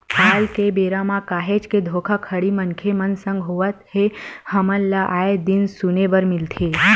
आल के बेरा म काहेच के धोखाघड़ी मनखे मन संग होवत हे हमन ल आय दिन सुने बर मिलथे